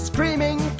Screaming